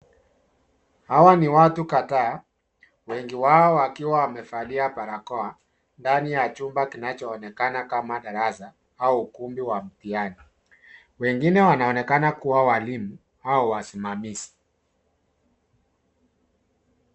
Hawa ni watu kadhaa wengi wao wakiwa wamevalia barakoa ndani ya chumba kinachoonekana kama darasa au ukumbi wa mtihani wengine wananoekana kua walimu au wasimamaizi.